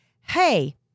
Hey